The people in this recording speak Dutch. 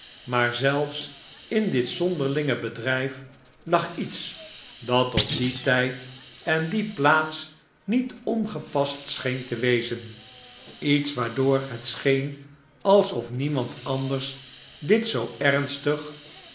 maar zelfs in dit zonderlinge bedrijf lag iets dat op dien tijd en die plaats niet ongepast scheen te wezen iets waardoor het scheen alsof niemand anders dit zoo ernstig